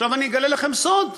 עכשיו, אני אגלה לכם סוד: